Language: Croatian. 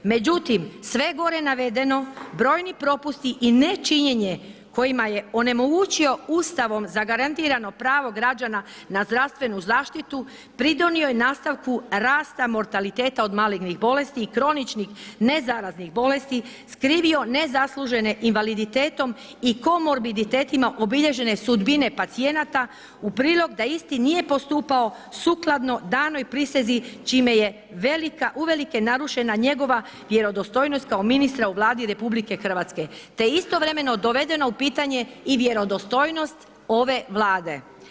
Međutim, sve gore navedeno, brojni propusti i ne činjenje kojima je onemogućio ustavom zagarantirano pravo građana na zdravstvenu zaštitu pridonio je nastavku rasta mortaliteta od malignih bolesti i kroničnih ne zaraznih bolesti, skrivio nezaslužene invaliditetom i komorbitetima sudbine pacijenata u prilog da isti nije postupao sukladno danoj prisezi čime je velika, uvelike narušena njegova vjerodostojnost kao ministra u Vladi RH te istovremeno dovedena u pitanje i vjerodostojnost ove Vlade.